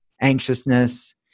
anxiousness